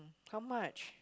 how much